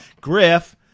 Griff